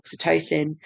oxytocin